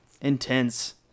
intense